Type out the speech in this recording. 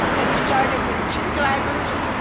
it started with two drivers,